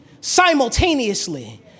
simultaneously